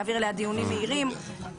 אפשר להעביר אליה דיונים מהירים וכן הלאה.